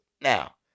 Now